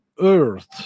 earth